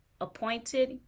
appointed